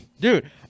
Dude